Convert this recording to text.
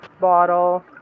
bottle